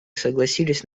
согласились